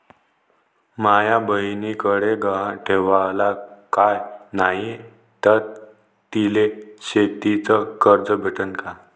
माया बयनीकडे गहान ठेवाला काय नाही तर तिले शेतीच कर्ज भेटन का?